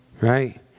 right